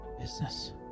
Business